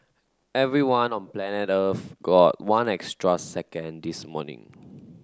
everyone on planet Earth got one extra second this morning